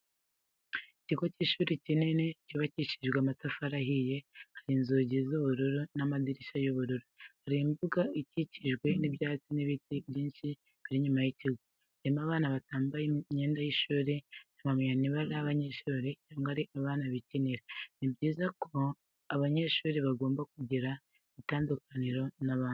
Ikigo cy'ishuri kinini cyubakishijwe amatafari ahiye, hari n'inzugi z'ubururu n'amadirishya y'ubururu. Hari n'imbuga ikikijwe n'ibyatsi n'ibiti byinshi biri inyuma y'ikigo, harimo abana batambaye imyenda y'ishuri, ntiwamenya niba ari abanyeshuri cyangwa ari abana bikinira. Ni byiza ko abanyeshuri bagomba kugira ikibatandukanya n'abandi.